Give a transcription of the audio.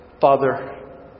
Father